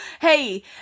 hey